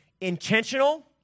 intentional